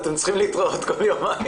אתם צריכים להתראות כל יומיים.